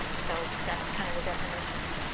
so that's kind of the definitions.